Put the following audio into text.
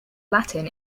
latin